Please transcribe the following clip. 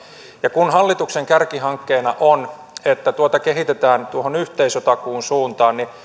ja kun hallituksen kärkihankkeena on että tuota kehitetään tuohon yhteisötakuun suuntaan niin